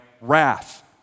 Wrath